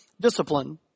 discipline